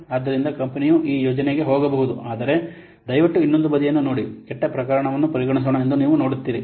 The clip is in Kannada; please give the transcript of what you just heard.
ಆದ್ದರಿಂದ ಕಂಪನಿಯು ಈ ಯೋಜನೆಗೆ ಹೋಗಬಹುದು ಆದರೆ ದಯವಿಟ್ಟು ಇನ್ನೊಂದು ಬದಿಯನ್ನು ನೋಡಿ ಕೆಟ್ಟ ಪ್ರಕರಣವನ್ನು ಪರಿಗಣಿಸೋಣ ಎಂದು ನೀವು ನೋಡುತ್ತೀರಿ